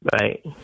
Right